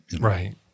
Right